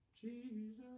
Jesus